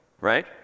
Right